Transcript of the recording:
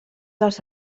dels